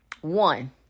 one